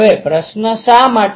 હવે પ્રશ્ન છે શા માટે